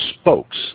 spokes